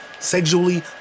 sexually